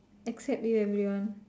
except you everyone